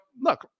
look